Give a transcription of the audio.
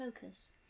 focus